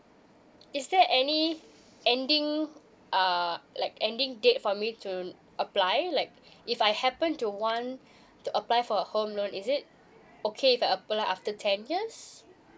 is there any ending err like ending date for me to apply like if I happen to want to apply for a home loan is it okay if I apply after ten years